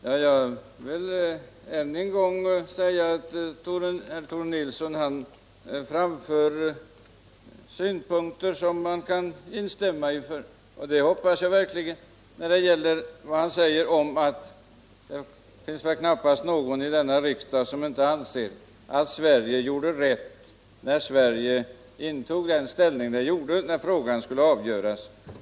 Herr talman! Jag vill ännu en gång förklara att Tore Nilsson i Agnäs framför synpunkter som man kan instämma 1. Han säger att det vil knappast finns någon här i riksdagen som inte anser att Sverige intog en riktig ståndpunkt vid avgörandet av frågan. Det hoppas verkligen jag också.